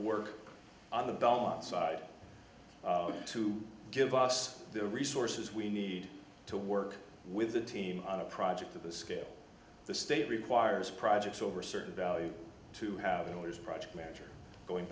work on the balance side to give us the resources we need to work with the team on a project of the scale the state requires projects over a certain value to have an owners project manager going